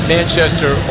Manchester